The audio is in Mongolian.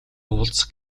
уулзах